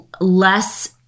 less